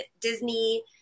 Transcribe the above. Disney